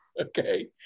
okay